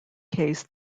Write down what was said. case